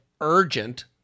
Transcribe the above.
urgent